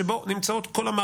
בוגד.